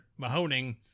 Mahoning